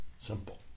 simple